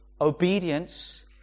obedience